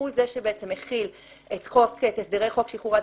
שהוא זה שבעצם מכיל את הסדרי חוק שחרור על